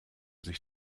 sich